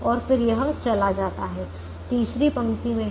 और फिर यह चला जाता है तीसरी पंक्ति में है